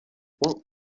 what